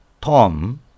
Tom